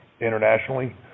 internationally